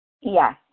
Yes